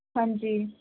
ਹਾਂਜੀ